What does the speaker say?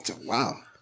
wow